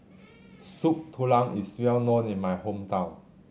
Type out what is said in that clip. Soup Tulang is well known in my hometown